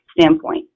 standpoint